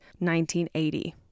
1980